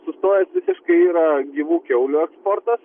sustojęs visiškai yra gyvų kiaulių eksportas